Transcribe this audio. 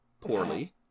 poorly